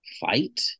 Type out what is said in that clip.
fight